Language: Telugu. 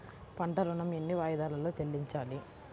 పంట ఋణం ఎన్ని వాయిదాలలో చెల్లించాలి?